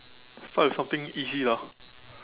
start with something easy lah